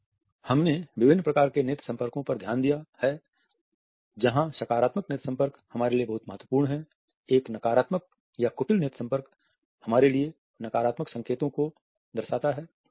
तो हमने विभिन्न प्रकार के नेत्र संपर्कों पर ध्यान दिया है जहां सकारात्मक नेत्र संपर्क हमारे लिए बहुत महत्वपूर्ण है एक नकारात्मक या कुटिल नेत्र संपर्क हमारे लिए नकारात्मक संकेतों को दर्शाता है